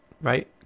right